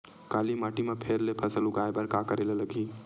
काली माटी म फेर ले फसल उगाए बर का करेला लगही?